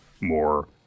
more